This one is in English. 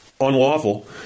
unlawful